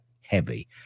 heavy